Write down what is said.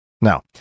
Now